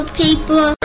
people